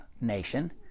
nation